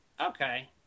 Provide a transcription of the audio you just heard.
okay